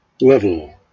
level